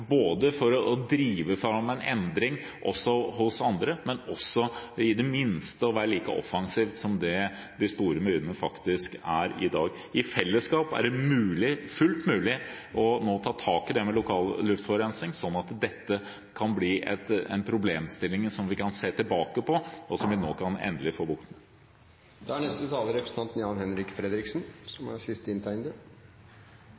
å drive fram en endring hos andre og for i det minste å være like offensiv som de store byene faktisk er i dag. I fellesskap er det fullt mulig nå å ta tak i det med lokal luftforurensing, sånn at dette kan bli en problemstilling som vi kan se tilbake på, og som vi nå endelig kan få bukt med. Når representanten